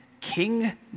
King